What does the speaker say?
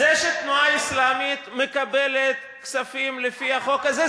זה שהתנועה אסלאמית מקבלת כספים לפי החוק הזה,